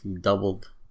Doubled